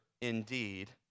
indeed